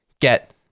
get